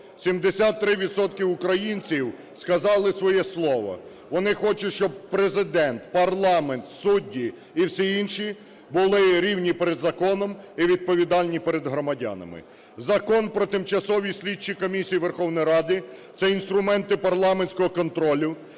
українців сказали своє слово, вони хочуть, щоб Президент, парламент, судді і всі інші були рівні перед законом і відповідальні перед громадянами. Закон про тимчасові слідчі комісії Верховної Ради – це інструменти парламентського контролю.